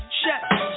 chef